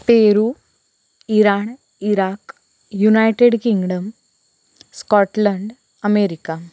Peru Iran Iraq United Kingdom Scotland America